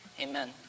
amen